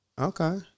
Okay